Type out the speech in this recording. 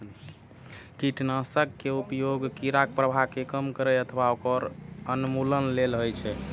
कीटनाशक के उपयोग कीड़ाक प्रभाव कें कम करै अथवा ओकर उन्मूलन लेल होइ छै